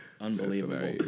Unbelievable